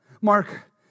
Mark